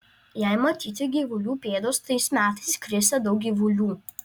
jei matyti gyvulių pėdos tais metais krisią daug gyvulių